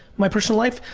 my personal life,